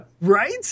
Right